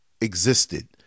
existed